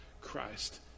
Christ